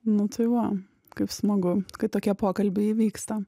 nu tai va kaip smagu kai tokie pokalbiai įvyksta